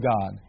God